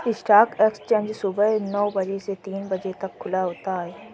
stock exchange सुबह नो बजे से तीन बजे तक खुला होता है